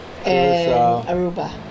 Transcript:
Aruba